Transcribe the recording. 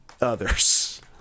others